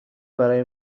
برای